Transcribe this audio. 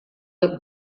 with